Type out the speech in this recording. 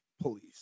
police